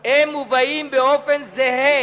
הם מובאים באופן זהה,